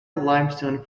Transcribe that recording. limestone